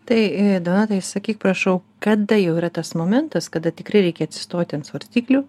tai donatai sakyk prašau kada jau yra tas momentas kada tikrai reikia atsistoti ant svarstyklių